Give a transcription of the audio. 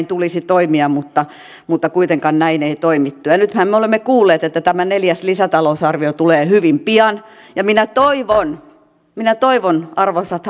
tulisi toimia mutta mutta kuitenkaan näin ei toimittu nythän me olemme kuulleet että tämä neljäs lisätalousarvio tulee hyvin pian minä toivon minä toivon arvoisat